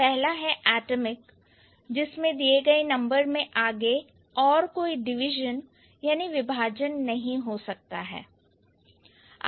पहला है atomic जिसमें दिए गए नंबर में आगे और कोई डिवीजन विभाजन नहीं हो सकते हैं